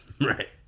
Right